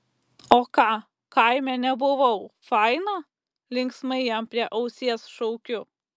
o ką kaime nebuvau faina linksmai jam prie ausies šaukiu